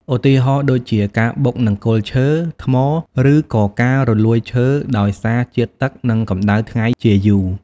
ឧទាហរណ៍ដូចជា ការបុកនឹងគល់ឈើ ថ្ម ឬក៏ការរលួយឈើដោយសារជាតិទឹក និងកម្ដៅថ្ងៃជាយូរ។